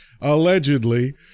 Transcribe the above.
allegedly